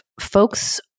folks